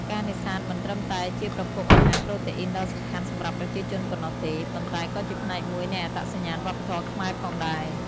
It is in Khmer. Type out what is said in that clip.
ការនេសាទមិនត្រឹមតែជាប្រភពអាហារប្រូតេអ៊ីនដ៏សំខាន់សម្រាប់ប្រជាជនប៉ុណ្ណោះទេ ប៉ុន្តែក៏ជាផ្នែកមួយនៃអត្តសញ្ញាណវប្បធម៌ខ្មែរផងដែរ។